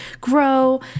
grow